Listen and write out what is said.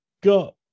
got